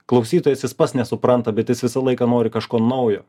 klausytojas jis pats nesupranta bet jis visą laiką nori kažko naujo